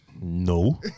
No